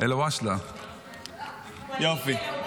יופי.